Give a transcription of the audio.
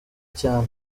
cyane